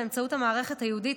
באמצעות המערכת הייעודית,